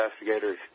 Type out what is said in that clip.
investigators